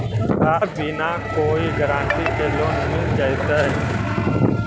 का बिना कोई गारंटी के लोन मिल जीईतै?